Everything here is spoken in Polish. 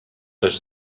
też